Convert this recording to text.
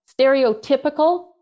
Stereotypical